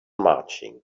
marching